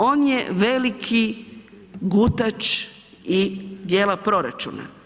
On je veliki gutač i dijela proračuna.